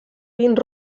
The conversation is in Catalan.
vins